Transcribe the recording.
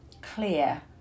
clear